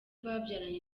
babyaranye